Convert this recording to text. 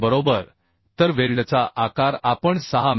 बरोबर तर वेल्डचा आकार आपण 6 मि